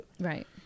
Right